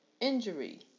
injury